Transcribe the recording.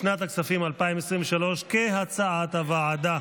לשנת הכספים 2023, כהצעת הוועדה.